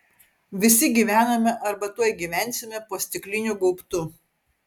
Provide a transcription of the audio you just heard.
visi gyvename arba tuoj gyvensime po stikliniu gaubtu